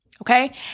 okay